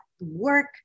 work